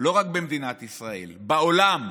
לא רק במדינת ישראל, בעולם.